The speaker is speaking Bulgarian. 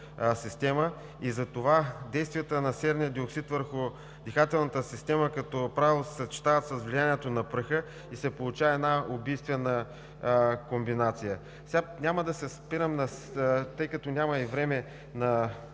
система. Затова действията на серния диоксид върху дихателната система като правило се съчетават с влиянието на праха и се получава една убийствена комбинация. Няма да се спирам, тъй като няма и време, на